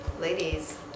ladies